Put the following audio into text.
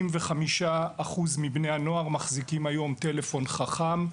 85% מבני הנוער, מחזיקים היום טלפון חכם.